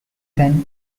than